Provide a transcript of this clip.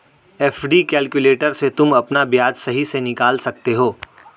FD calculator से तुम अपना ब्याज सही से निकाल सकते हो